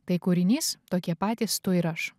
tai kūrinys tokie patys tu ir aš